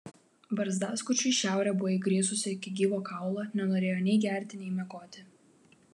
barzdaskučiui šiaurė buvo įgrisusi iki gyvo kaulo nenorėjo nei gerti nei miegoti